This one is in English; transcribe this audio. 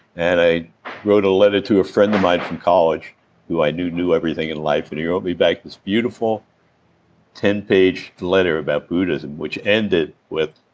and i wrote a letter to a friend of mine from college who i knew, knew everything in life. and he wrote me back this beautiful ten page letter about buddhism, which ended with,